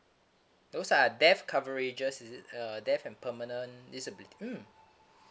those are death coverages is it uh death and permanent disabi~ mm